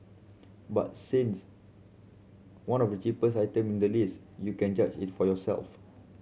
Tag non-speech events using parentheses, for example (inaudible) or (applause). but since one of the cheaper (unintelligible) item in the list you can judge it for yourself